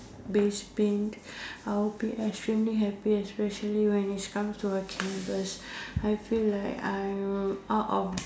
base pink I will be extremely happy especially when it comes to a canvas I feel like I'm out of